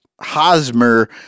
Hosmer